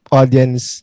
audience